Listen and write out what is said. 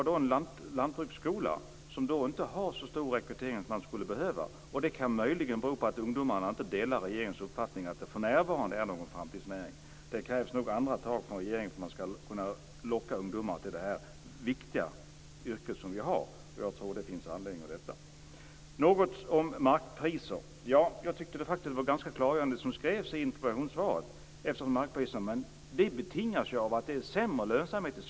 Vi har en lantbruksskola som inte har så stor rekrytering som skulle behövas. Möjligen beror det på att ungdomarna inte delar regeringens uppfattning att jordbruket för närvarande är en framtidsnäring. Det krävs nog andra tag från regeringen för att det skall gå att locka ungdomar till detta viktiga yrke. Jag tror att det finns anledning till det. Sedan skall jag säga några ord om markpriserna. Det som står i interpellationssvaret är faktiskt ganska klargörande. Markpriserna i Sverige betingas av att det är en sämre lönsamhet här.